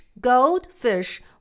goldfish